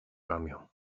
ramię